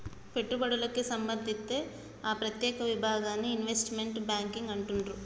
పెట్టుబడులకే సంబంధిత్తే ఆ ప్రత్యేక విభాగాన్ని ఇన్వెస్ట్మెంట్ బ్యేంకింగ్ అంటుండ్రు